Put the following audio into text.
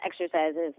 exercises